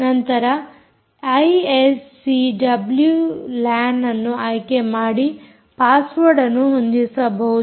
ಈಗ ಐಎಸ್ಸಿಡಬ್ಲ್ಯೂಲ್ಯಾನ್ ಅನ್ನು ಆಯ್ಕೆ ಮಾಡಿ ಪಾಸ್ವರ್ಡ್ ಅನ್ನು ಹೊಂದಿಸಬಹುದು